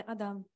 Adam